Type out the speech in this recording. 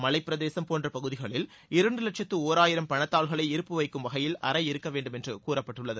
மலைப்பிரதேசம் போன்ற பகுதிகளில் இரண்டு லட்சத்து ஒராயிரம் பணத்தாள்களை இருப்பு வைக்கும் வகையில் அறை இருக்க வேண்டும் என்று கூறப்பட்டுள்ளது